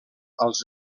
als